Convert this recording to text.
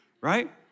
right